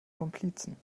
komplizen